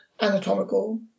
anatomical